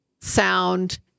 sound